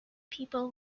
people